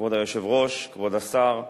כבוד היושב-ראש, כבוד השר,